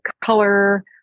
color